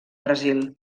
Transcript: brasil